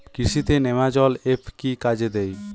কৃষি তে নেমাজল এফ কি কাজে দেয়?